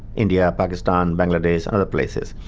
india, pakistan, bangladesh and other places.